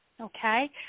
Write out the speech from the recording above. okay